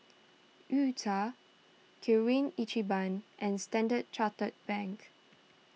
U Cha Kirin Ichiban and Standard Chartered Bank